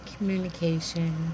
communication